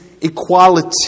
equality